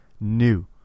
New